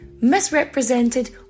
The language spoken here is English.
misrepresented